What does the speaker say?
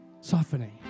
softening